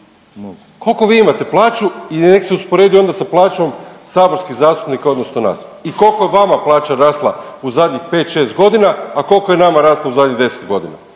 Koliko vi imate plaću i nek se usporedi onda sa plaćom saborskih zastupnika odnosno nas i koliko je vama plaća rasla u zadnjih u zadnjih 5-6 godina, a koliko je nama rasla u zadnjih 10 godina.